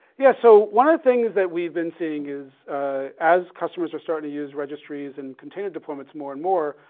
yeah, so one of the things that we've been seeing is as customers are starting to use registries and container deployments more and more,